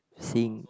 seeing